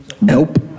Nope